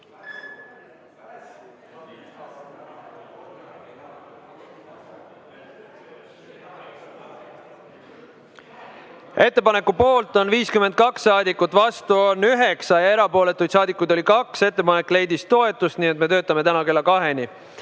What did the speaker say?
Ettepaneku poolt on 52 saadikut, vastu oli 9 ja erapooletuid saadikuid oli 2. Ettepanek leidis toetust, nii et me töötame täna kella kaheni.